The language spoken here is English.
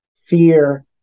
fear